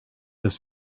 was